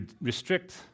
restrict